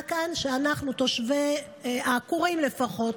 ומודיעה כאן שאנחנו, העקורים לפחות,